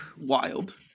Wild